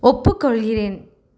ஒப்புக்கொள்கிறேன்